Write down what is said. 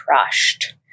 crushed